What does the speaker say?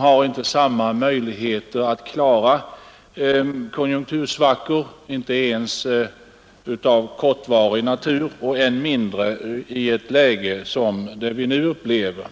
De har inte samma möjligheter att klara konjunktursvackor, inte ens av kortvarig natur och än mindre i ett läge som det vi nu upplever.